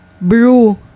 brew